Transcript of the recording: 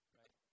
right